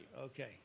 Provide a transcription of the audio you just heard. Okay